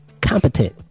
competent